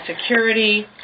security